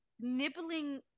nibbling